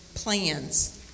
Plans